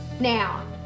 Now